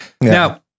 Now